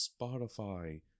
Spotify